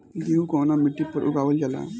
गेहूं कवना मिट्टी पर उगावल जाला?